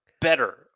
better